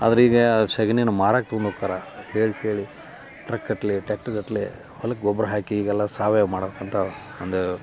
ಆದ್ರೆ ಈಗ ಸಗ್ಣಿಯನ್ನು ಮಾರಕ್ಕೆ ತೊಗೊಂಡ್ ಹೋಕ್ತಾರ ಹೇಳಿ ಕೇಳಿ ಟ್ರಕ್ಗಟ್ಟಲೆ ಟ್ಯಾಕ್ಟ್ರ್ಗಟ್ಟಲೆ ಹೊಲಕ್ಕೆ ಗೊಬ್ಬರ ಹಾಕಿ ಈಗೆಲ್ಲ ಸಾವಯವ ಮಾಡಕ್ಕೆ ಕುಂತಾರೆ ಒಂದು